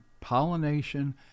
pollination